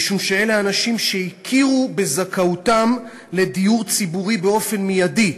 משום שאלה אנשים שהכירו בזכאותם לדיור ציבורי באופן מיידי,